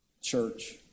church